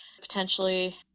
potentially